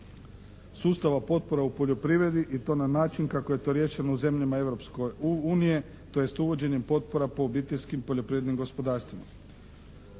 sustava potpora u poljoprivredi i to na način kako je to riješeno u zemljama Europske unije tj. uvođenjem potpora po obiteljskim poljoprivrednim gospodarstvima.